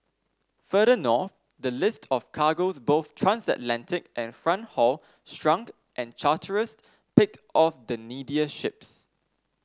further north the list of cargoes both transatlantic and front haul shrunk and charterers picked off the needier ships